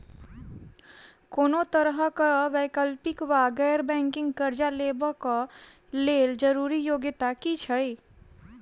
कोनो तरह कऽ वैकल्पिक वा गैर बैंकिंग कर्जा लेबऽ कऽ लेल जरूरी योग्यता की छई?